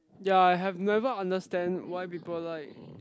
ya I have never understand why people like